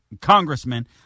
congressman